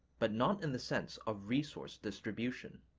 but not in the sense of resource distribution.